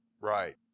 Right